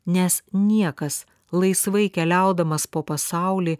nes niekas laisvai keliaudamas po pasaulį